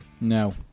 No